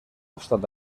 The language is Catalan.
obstant